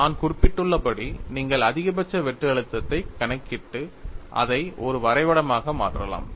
நான் குறிப்பிட்டுள்ளபடி நீங்கள் அதிகபட்ச வெட்டு அழுத்தத்தைக் கணக்கிட்டு அதை ஒரு வரைபடமாக மாற்றலாம்